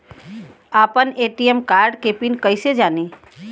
आपन ATM card के PIN कईसे जानी?